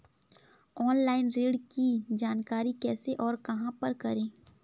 Online ऋण की जानकारी कैसे और कहां पर करें?